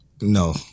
no